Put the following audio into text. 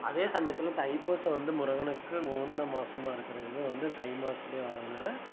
அதே சமயத்தில் தைப்பூசம் வந்து முருகனுக்கு உகந்த மாதமா இருக்கிறது வந்து தை மாதத்துலயே வர்றதுனால்